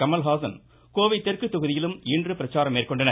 கமல்ஹாஸன் கோவை தெற்கு தொகுதியிலும் இன்று பிரச்சாரம் மேற்கொண்டனர்